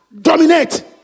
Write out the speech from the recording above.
dominate